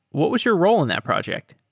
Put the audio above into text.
what was your role in that project?